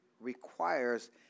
requires